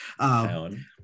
town